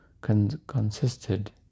consisted